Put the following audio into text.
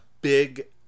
big